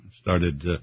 started